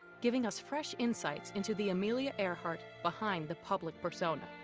giving us fresh insights into the amelia earhart behind the public persona.